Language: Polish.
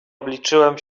obliczyłem